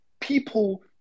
People